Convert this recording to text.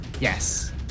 Yes